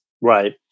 Right